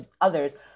others